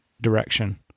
direction